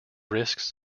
risks